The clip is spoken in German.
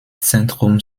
zentrum